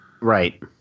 Right